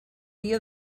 dia